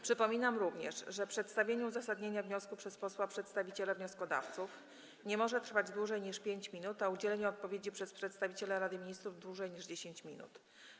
Przypominam również, że przedstawienie uzasadnienia wniosku przez posła przedstawiciela wnioskodawców nie może trwać dłużej niż 5 minut, a udzielenie odpowiedzi przez przedstawiciela Rady Ministrów - dłużej niż 10 minut.